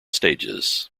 stages